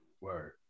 Word